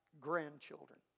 grandchildren